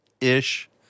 ish